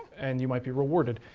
and you might be rewarded.